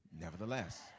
nevertheless